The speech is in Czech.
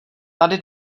tady